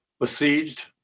besieged